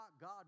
God